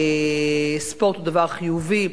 ספורט הוא דבר חיובי,